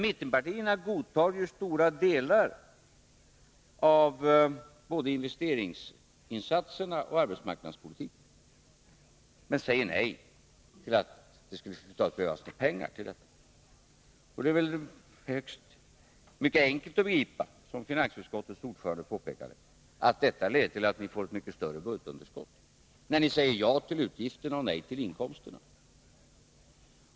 Mittenpartierna däremot godtar stora delar av både investeringsinsatserna och arbetsmarknadspolitiken, men säger nej till att det över huvud taget skulle behövas pengar till detta. Det är, som finansutskottets ordförande påpekade, mycket enkelt att begripa att ni får ett betydligt större budgetunderskott när ni säger ja till utgifterna men nej till inkomsterna.